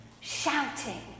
shouting